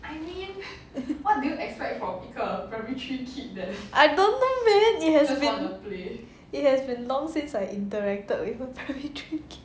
I don't know man it has been it has been long since I interacted with a primary three kid